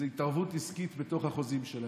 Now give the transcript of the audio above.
שזאת התערבות עסקית בתוך החוזים שלהם,